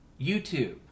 YouTube